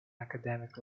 academic